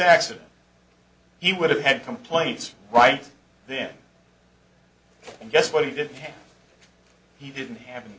accident he would have had complaints right then and guess what he did he didn't have